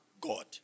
God